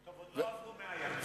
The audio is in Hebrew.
טוב, עוד לא עברו 100 ימים.